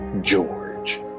George